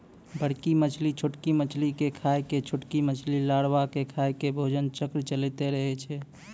बड़की मछली छोटकी मछली के खाय के, छोटकी मछली लारवा के खाय के भोजन चक्र चलैतें रहै छै